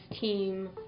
team